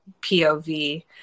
POV